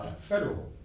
federal